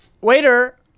Waiter